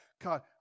God